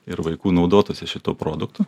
ir vaikų naudotųsi šituo produktu